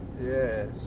Yes